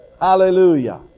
Hallelujah